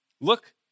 Look